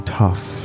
tough